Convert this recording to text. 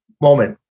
moment